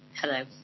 Hello